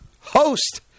host